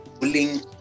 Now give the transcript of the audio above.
bullying